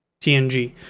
tng